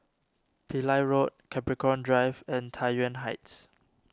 Pillai Road Capricorn Drive and Tai Yuan Heights